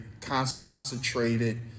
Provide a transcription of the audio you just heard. concentrated